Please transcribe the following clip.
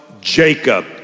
Jacob